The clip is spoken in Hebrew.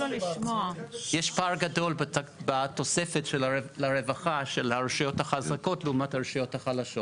יש פער גדול בתוספת לרווחה של הרשויות החזקות לעומת הרשויות החלשות.